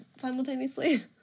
simultaneously